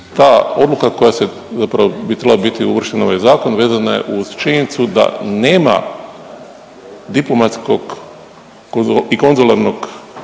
zapravo bi trebala biti uvrštena u ovaj zakon, vezana je uz činjenicu da nema diplomatskog i konzularnog